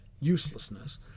uselessness